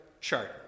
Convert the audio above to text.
chart